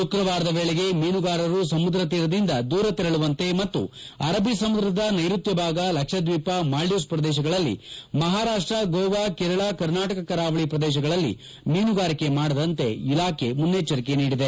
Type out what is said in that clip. ಶುಕ್ರವಾರದ ವೇಳೆಗೆ ಮೀನುಗಾರರು ಸಮುದ್ರ ತೀರದಿಂದ ದೂರ ತೆರಳುವಂತೆ ಮತ್ತು ಅರಲ್ಲಿ ಸಮುದ್ರದ ನೈಋತ್ಯ ಭಾಗ ಲಕ್ಷದ್ಹೀಪ ಮಾಲ್ವೀವ್ಸ್ ಪ್ರದೇಶಗಳಲ್ಲಿ ಮಹಾರಾಷ್ಸ ಗೋವಾ ಕೇರಳ ಕರ್ನಾಟಕ ಕರಾವಳಿ ಪ್ರದೇಶಗಳಲ್ಲಿ ಮೀನುಗಾರಿಕೆ ಮಾಡದಂತೆ ಇಲಾಖೆ ಮುನ್ನೆಚ್ಚರಿಕೆ ನೀಡಿದೆ